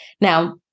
Now